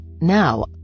Now